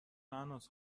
مهناز